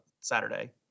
Saturday